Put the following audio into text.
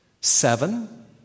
Seven